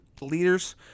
Leaders